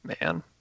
Man